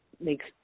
makes